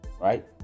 right